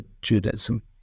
Judaism